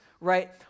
right